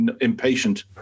impatient